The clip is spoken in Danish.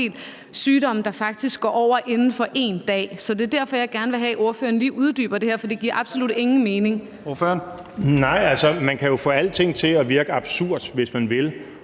sygdomme, der faktisk går over inden for én dag. Så det er derfor, jeg gerne vil have, at ordføreren lige uddyber det her, for det giver absolut ingen mening. Kl. 20:32 Første næstformand (Leif Lahn Jensen): Ordføreren. Kl.